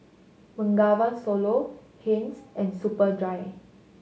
Bengawan Solo Heinz and Superdry